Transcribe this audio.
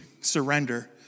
surrender